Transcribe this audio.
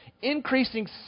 increasing